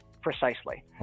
Precisely